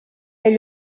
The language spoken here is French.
est